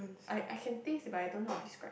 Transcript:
I I can taste but I don't know how to describe